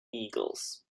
eagles